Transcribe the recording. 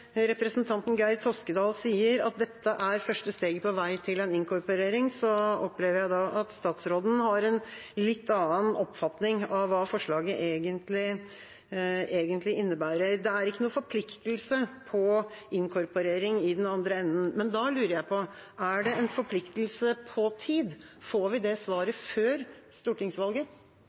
representanten Geir Toskedal sier at dette er første steget på veien til en inkorporering, opplever jeg da at statsråden har en litt annen oppfatning av hva forslaget egentlig innebærer. Det er ikke noen forpliktelse til inkorporering i den andre enden. Men da lurer jeg på: Er det en forpliktelse på tid? Får vi det svaret før stortingsvalget?